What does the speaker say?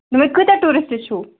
ییٚتہِ کۭتیاہ ٹوٗرِسٹ چھُو